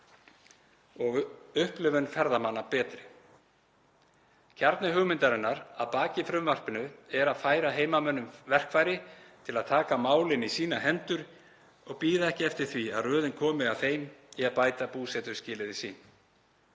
og upplifun ferðamanna betri. Kjarni hugmyndarinnar að baki frumvarpinu er að færa heimamönnum verkfæri til að taka málin í sínar hendur og bíða ekki eftir því að röðin komi að þeim í að bæta búsetuskilyrði sín.